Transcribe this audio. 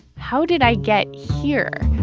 how did i get here?